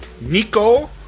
Nico